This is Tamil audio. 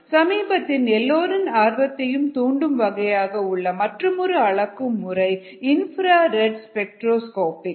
சமீபத்தில் எல்லோரின் ஆர்வத்தையும் தூண்டும் வகையாக உள்ள மற்றுமொரு அளக்கும் முறை இன்ப்ராரெட் ஸ்பெக்டரோஸ்கோபிக்